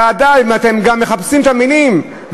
ואתם גם מכבסים את המילים.